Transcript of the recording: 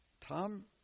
Tom